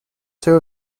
two